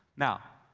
now,